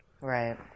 Right